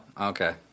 okay